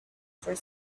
for